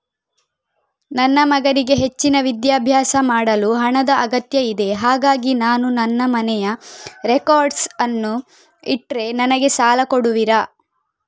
ನನ್ನ ಮಗನಿಗೆ ಹೆಚ್ಚಿನ ವಿದ್ಯಾಭ್ಯಾಸ ಮಾಡಲು ಹಣದ ಅಗತ್ಯ ಇದೆ ಹಾಗಾಗಿ ನಾನು ನನ್ನ ಮನೆಯ ರೆಕಾರ್ಡ್ಸ್ ಅನ್ನು ಇಟ್ರೆ ನನಗೆ ಸಾಲ ಕೊಡುವಿರಾ?